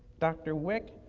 dr. wick,